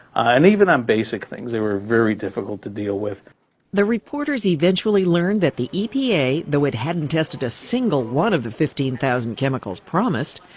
and even on basic things they were very difficult to deal with. narrator the reporters eventually learned that the epa, though it hadn't tested a single one of the fifteen thousand chemicals promised,